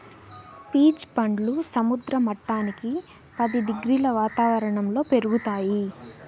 peach పండ్లు సముద్ర మట్టానికి పది డిగ్రీల వాతావరణంలో పెరుగుతాయి